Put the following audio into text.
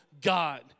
God